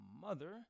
mother